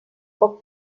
poc